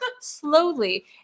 slowly